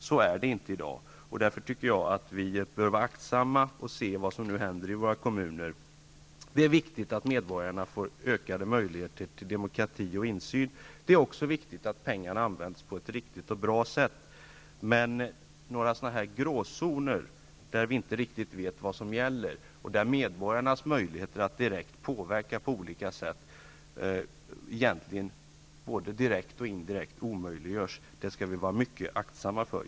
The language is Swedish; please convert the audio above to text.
Så är det inte i dag, och därför bör vi vara aktsamma och se vad som händer i våra kommuner. Det är viktigt att medborgarna får ökade möjligheter till demokrati och insyn. Det är också viktigt att pengarna används på ett riktigt och bra sätt, men sådana här gråzoner, där vi inte vet vad som gäller och där medborgarnas möjligheter att direkt påverka på olika sätt, både direkt och indirekt, omöjliggörs, skall vi vara mycket aktsamma med.